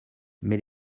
mais